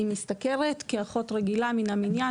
היא משתכרת כאחות רגילה מן המניין,